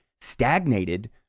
stagnated